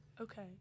Okay